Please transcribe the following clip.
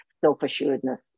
self-assuredness